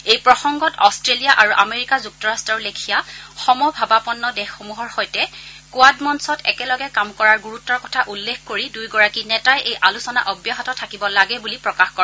এই প্ৰসংগত অট্টেলিয়া আৰু আমেৰিকা যুক্তৰাট্টৰ লেখীয়া সমভাবাপন্ন দেশসমূহৰ সৈতে কোৱাড মঞ্চত একেলগে কাম কৰাৰ ণুৰুত্বৰ কথা উল্লেখ কৰি দুয়োগৰাকী নেতাই এই আলোচনা অব্যাহত থাকিব লাগে বুলি প্ৰকাশ কৰে